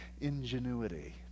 ingenuity